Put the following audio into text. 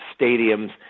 stadiums